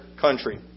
country